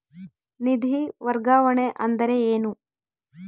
ನಿಧಿ ವರ್ಗಾವಣೆ ಅಂದರೆ ಏನು?